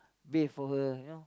bathe for her